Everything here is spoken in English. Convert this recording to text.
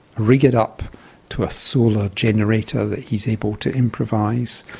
rig it up to a solar generator that he is able to improvise,